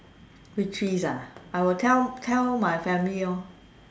victories ah I will tell tell my family lor